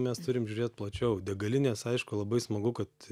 mes turim žiūrėt plačiau degalinės aišku labai smagu kad